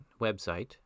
website